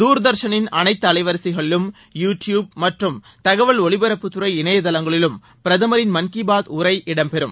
தூர்தர்ஷனின் அனைத்து அலைவரிசைகளிலும் யூ டியூப் ப மற்றும் தகவல் ஒலிபரப்புத்துறை இணையதளங்களிலும் பிரதமரின் மன் கி பாத் உரை இடம் பெறும்